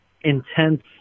intense